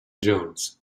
jones